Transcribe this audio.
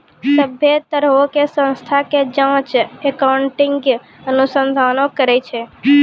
सभ्भे तरहो के संस्था के जांच अकाउन्टिंग अनुसंधाने करै छै